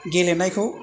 गेलेनायखौ